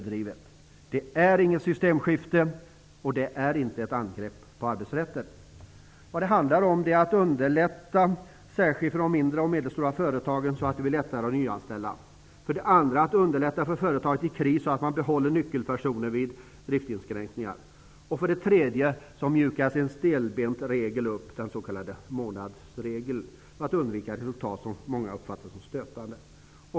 Det innebär inget systemskifte, och det är inte ett angrepp på arbetsrätten. Vad det för det första handlar om är att underlätta för särskilt de mindre och medelstora företagen att nyanställa. För det andra handlar det om att underlätta för företag i kris så att man behåller nyckelpersoner vid driftinskränkningar. För det tredje mjukas den stelbenta s.k. månadsregeln upp, för att undvika resultat som många nog uppfattar som stötande.